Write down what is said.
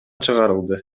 чыгарылды